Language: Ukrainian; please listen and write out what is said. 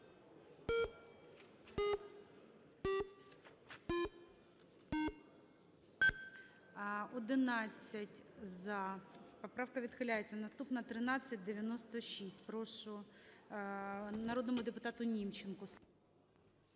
За-11 Поправка відхиляється. Наступна – 1396. Прошу, народному депутату Німченку.